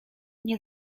nie